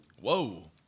whoa